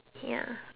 ya